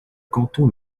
canton